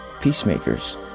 Peacemakers